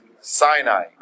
Sinai